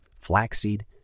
flaxseed